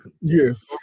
yes